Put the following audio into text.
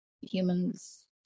humans